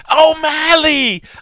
O'Malley